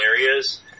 areas